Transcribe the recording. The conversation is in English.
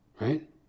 right